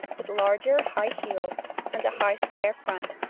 with larger high heels and a high square front,